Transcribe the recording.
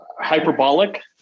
hyperbolic